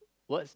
what's